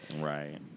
Right